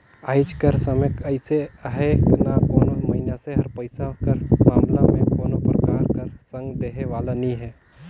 आएज कर समे अइसे अहे ना कोनो मइनसे हर पइसा कर मामला में कोनो परकार कर संग देहे वाला नी हे